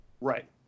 Right